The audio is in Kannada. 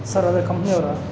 ಸರ್ ಅದೇ ಕಂಪ್ನಿಯವರ